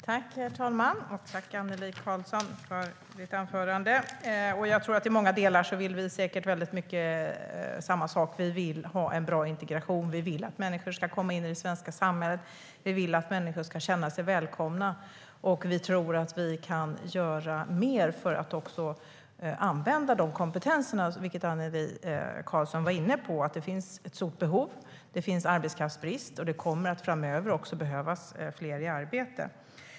Herr talman! Tack, Annelie Karlsson, för ditt anförande! Jag tror att vi i många delar säkert vill samma sak. Vi vill ha en bra integration. Vi vill att människor ska komma in i det svenska samhället. Vi vill att människor ska känna sig välkomna. Vi tror att vi kan göra mer för att använda de kompetenserna. Annelie Karlsson var inne på att det finns ett stort behov. Det finns arbetskraftsbrist. Det kommer framöver att behövas fler i arbete.